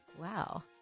Wow